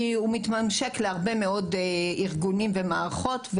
כי הוא מתממשק להרבה מאוד ארגונים ומערכות.